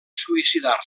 suïcidar